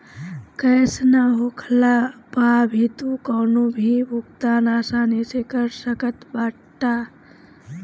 cash ना होखला पअ भी तू कवनो भी भुगतान आसानी से कर सकत बाटअ